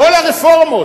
כל הרפורמות,